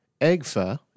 Egfa